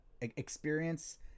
experience